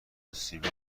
سیبیل